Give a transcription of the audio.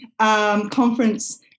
conference